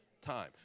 time